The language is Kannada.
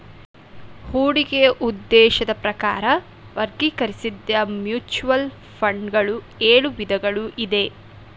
ಹೂಡಿಕೆಯ ಉದ್ದೇಶದ ಪ್ರಕಾರ ವರ್ಗೀಕರಿಸಿದ್ದ ಮ್ಯೂಚುವಲ್ ಫಂಡ್ ಗಳು ಎಳು ವಿಧಗಳು ಇದೆ